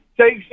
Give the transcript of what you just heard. Take